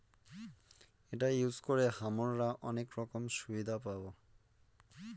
এটা ইউজ করে হামরা অনেক রকম সুবিধা পাবো